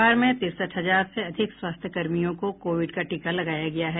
बिहार में तिरसठ हजार से अधिक स्वास्थ्य कर्मियों को कोविड का टीका लगाया गया है